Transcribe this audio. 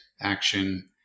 action